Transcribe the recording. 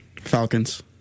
Falcons